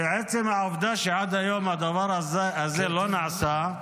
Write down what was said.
ועצם העובדה שעד היום הדבר הזה לא נעשה,